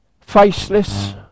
faceless